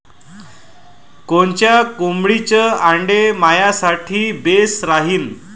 कोनच्या कोंबडीचं आंडे मायासाठी बेस राहीन?